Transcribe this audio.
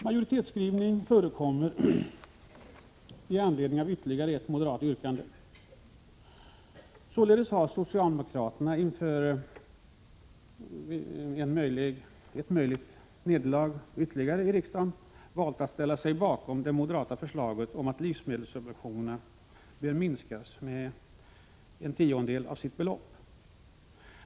Ytterligare ett moderat yrkande har föranlett en majoritetsskrivning. Således har socialdemokraterna inför ytterligare ett möjligt nederlag i riksdagen valt att ställa sig bakom det moderata förslaget om att livsmedelssubventionerna bör minskas med en tiondel.